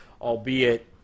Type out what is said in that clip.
albeit